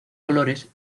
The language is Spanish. colores